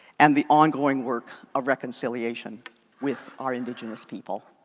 and the ongoing work of reconciliation with our indigenous people.